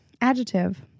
Adjective